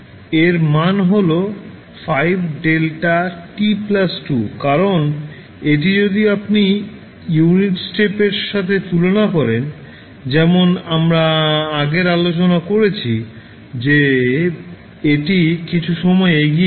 এর মান হল 5δt 2 কারণ এটি যদি আপনি ইউনিট স্টেপের সাথে তুলনা করেন যেমন আমরা আগে আলোচনা করেছি যে এটি কিছু সময় এগিয়ে আছে